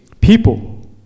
people